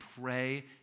pray